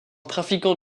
trafiquant